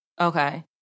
Okay